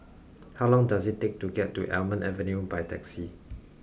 how long does it take to get to Almond Avenue by taxi